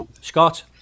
Scott